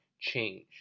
change